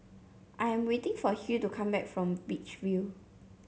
I am waiting for Hill to come back from Beach View